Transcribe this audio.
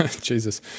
Jesus